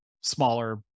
smaller